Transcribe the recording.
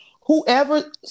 Whoever